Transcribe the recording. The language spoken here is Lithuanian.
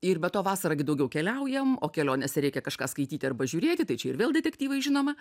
ir be to vasarą gi daugiau keliaujam o kelionėse reikia kažką skaityti arba žiūrėti tai čia ir vėl detektyvai žinoma